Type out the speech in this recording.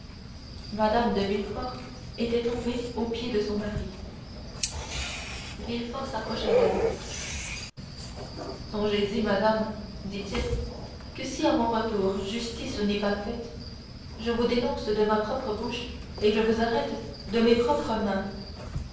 mme de villefort était tombée aux pieds de son mari villefort s'approcha d'elle songez-y madame dit-il si à mon retour justice n'est pas faite je vous dénonce de ma propre bouche et je vous arrête de mes propres mains